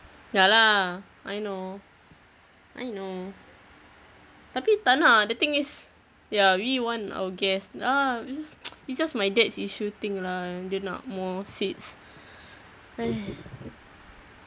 ya lah I know I know tapi tak nak the thing is ya we want our guests lah it's just it's just my dad's issue thing lah yang dia nak more seats !hais!